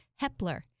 Hepler